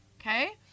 Okay